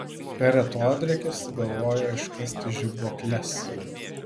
per atodrėkį sugalvojo iškasti žibuokles